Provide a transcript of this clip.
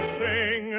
sing